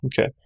Okay